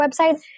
website